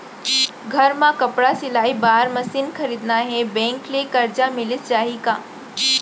घर मे कपड़ा सिलाई बार मशीन खरीदना हे बैंक ले करजा मिलिस जाही का?